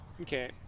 okay